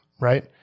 right